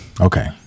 Okay